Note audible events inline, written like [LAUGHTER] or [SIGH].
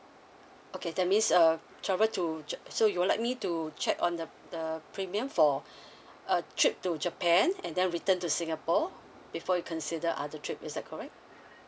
okay that means uh travel to ja~ so you would like me to check on the the premium for [BREATH] a trip to japan and then returned to singapore before you consider other trip is that correct